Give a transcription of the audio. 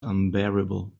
unbearable